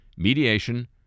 Mediation